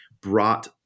brought